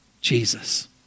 Jesus